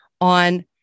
on